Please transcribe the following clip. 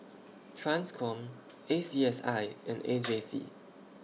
TRANSCOM A C S I and A J C